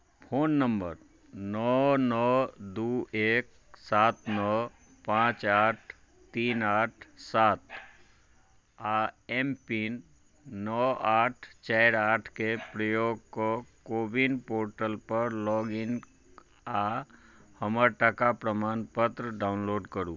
phone number नओ नओ दू एक सात नओ पाँच आठ तीन आठ सात आ एम पिन नओ आठ चारि आठके प्रयोग कऽ कोविन पोर्टलपर लॉगिन आ हमर टका प्रमानपत्र डाउनलोड करू